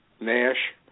Nash